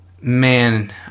man